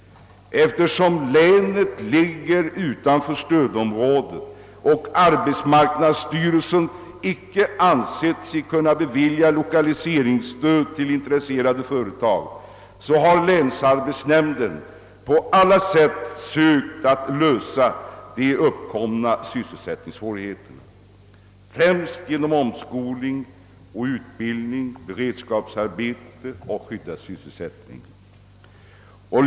Eftersom länet ligger utanför stödområdet och arbetsmarknadsstyrelsen inte har ansett sig kunna bevilja lokaliseringsstöd till intresserade företag, har länsarbetsnämnden på alla sätt för sökt lösa de uppkomna sysselsättningssvårigheterna, främst genom omskolning, utbildning, beredskapsarbeten och sysselsättning i skyddade verkstäder.